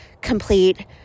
complete